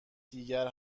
دیگر